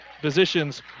Physicians